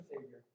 Savior